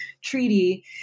Treaty